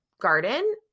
garden